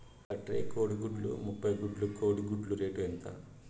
ఒక ట్రే కోడిగుడ్లు ముప్పై గుడ్లు కోడి గుడ్ల రేటు ఎంత?